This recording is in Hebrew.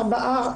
4